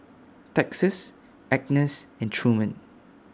Texas Agness and Truman